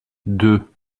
deux